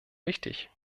wichtig